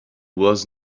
was